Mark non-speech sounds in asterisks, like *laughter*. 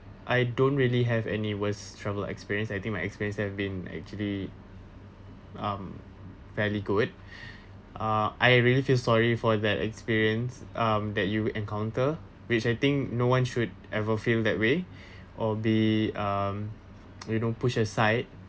I don't really have any west travel experience I think my experience have been actually um fairly good *breath* ah I really feel sorry for that experience um that you encounter which I think no one should ever feel that way or be um you know pushed aside